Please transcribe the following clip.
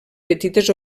petites